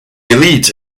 elite